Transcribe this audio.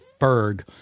Ferg